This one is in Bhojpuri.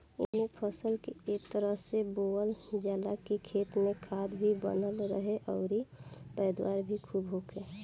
एइमे फसल के ए तरह से बोअल जाला की खेत में खाद भी बनल रहे अउरी पैदावार भी खुब होखे